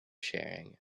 sharing